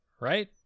right